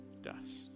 dust